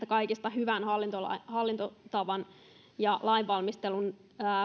kaikista hyvän hallintotavan ja lainvalmistelun